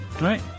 right